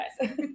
guys